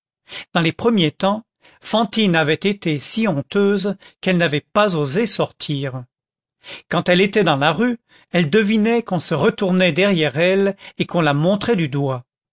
dans les premiers temps fantine avait été si honteuse qu'elle n'avait pas osé sortir quand elle était dans la rue elle devinait qu'on se retournait derrière elle et qu'on la montrait du doigt